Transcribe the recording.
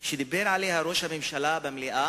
שדיבר עליה ראש הממשלה במליאה,